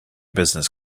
business